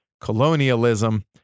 Colonialism